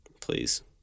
Please